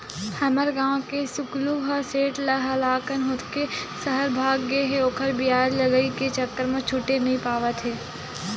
हमर गांव के सुकलू ह सेठ ले हलाकान होके सहर भाग गे हे ओखर बियाज लगई के चक्कर म छूटे नइ पावत हे